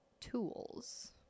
Tools